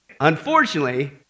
Unfortunately